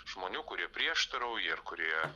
žmonių kurie prieštarauja ir kurie